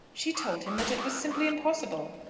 she told him that it was simply impossible.